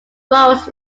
burrows